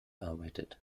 arbeitet